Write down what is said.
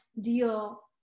deal